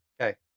Okay